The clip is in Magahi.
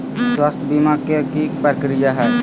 स्वास्थ बीमा के की प्रक्रिया है?